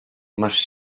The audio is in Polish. masz